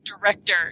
director